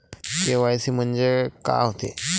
KYC म्हंनजे का होते?